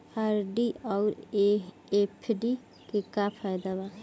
RD आउर FD के का फायदा बा?